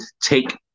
take